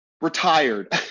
retired